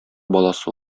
баласы